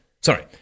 Sorry